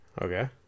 okay